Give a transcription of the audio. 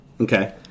Okay